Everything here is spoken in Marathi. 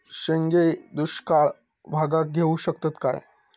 शेंगे दुष्काळ भागाक येऊ शकतत काय?